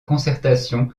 concertation